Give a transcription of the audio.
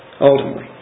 Ultimately